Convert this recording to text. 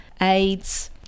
AIDS